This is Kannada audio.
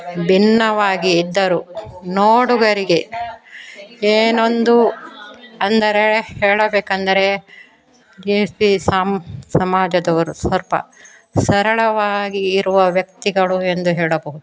ಭಿನ್ನವಾಗಿ ಇದ್ದರೂ ನೋಡುಗರಿಗೆ ಏನೊಂದು ಅಂದರೆ ಹೇಳಬೇಕಂದರೆ ಜಿ ಎಸ್ ಬಿ ಸಾಮ್ ಸಮಾಜದವರು ಸ್ವಲ್ಪ ಸರಳವಾಗಿ ಇರುವ ವ್ಯಕ್ತಿಗಳು ಎಂದು ಹೇಳಬಹುದು